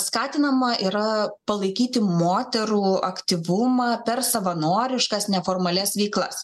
skatinama yra palaikyti moterų aktyvumą per savanoriškas neformalias veiklas